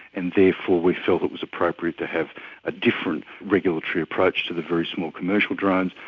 and therefore we felt it was appropriate to have a different regulatory approach to the very small commercial drones,